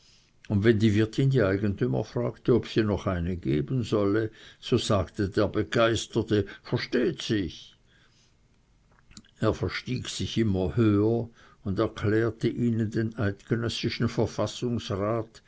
und wenn die wirtin die eigentümer fragte ob sie noch eine geben solle so sagte der begeisterte versteht sich er verstieg sich immer höher und erklärte ihnen den eidgenössischen verfassungsrat